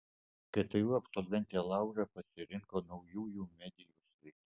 ktu absolventė laura pasirinko naujųjų medijų sritį